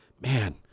man